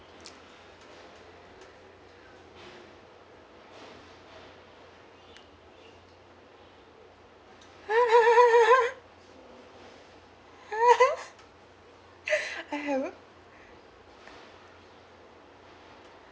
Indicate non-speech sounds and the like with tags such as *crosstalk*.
*laughs* *laughs* I haven't